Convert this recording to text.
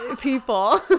people